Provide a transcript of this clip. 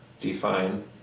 define